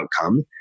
outcome